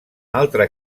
altra